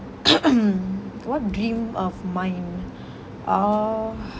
what dream of mine uh